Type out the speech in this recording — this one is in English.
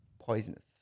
poisonous